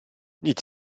nic